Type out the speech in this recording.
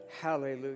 Hallelujah